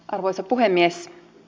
arvoisa puhemies